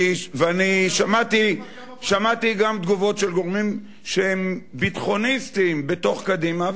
אני שמעתי גם תגובות של גורמים שהם ביטחוניסטיים בתוך קדימה,